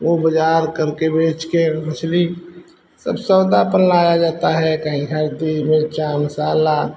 वह बाज़ार करके बेचकर मछली सब सौदा अपन लाया जाता है कहीं है हल्दी मिर्च मसाला